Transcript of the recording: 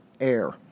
air